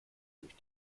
durch